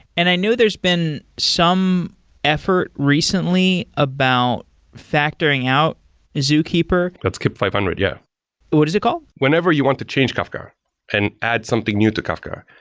and i know there's been some effort recently about factoring out zookeeper that's kip five hundred. yeah what is it called? whenever you want to change kafka and add something new to kafka,